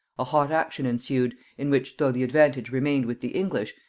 a hot action ensued, in which though the advantage remained with the english,